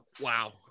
Wow